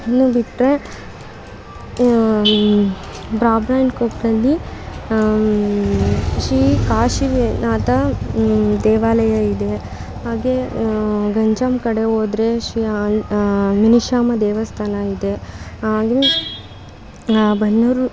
ಇನ್ನೂ ಬಿಟ್ಟರೆ ಬ್ರಾಬ್ರಾಯನ್ ಕೊಪ್ಳಲ್ಲಿ ಶ್ರೀ ಕಾಶೀನಾಥ ದೇವಾಲಯ ಇದೆ ಹಾಗೆ ಗಂಜಮ್ ಕಡೆ ಹೋದ್ರೆ ಶ್ರೀ ನಿಮಿಷಾಂಬ ದೇವಸ್ಥಾನ ಇದೆ ಹಾಗೇ ಬನ್ನೂರು